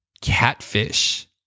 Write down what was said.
Catfish